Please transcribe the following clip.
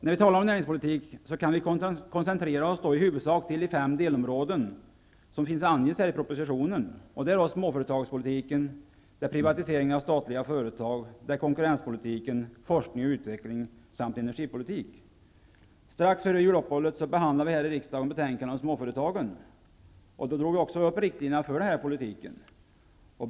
När vi talar om näringspolitik kan vi koncentrera oss i huvudsak till de fem delområden som anges i propositionen. Det är småföretagspolitiken, privatiseringen av statliga företag, konkurrenspolitiken, forkning och utveckling samt energipolitiken. Strax före juluppehållet behandlade vi här i riksdagen betänkandet om småföretagen. Då drog vi också upp riktlinjerna för denna politik.